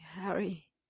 Harry